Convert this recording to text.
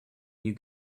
you